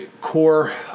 core